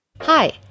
Hi